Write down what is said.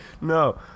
no